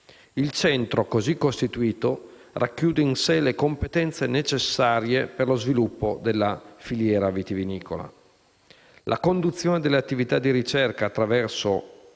Il centro cosi costituito racchiude in sé le competenze necessarie per lo sviluppo della filiera vitivinicola. La conduzione delle attività di ricerca attivate